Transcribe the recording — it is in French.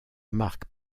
marque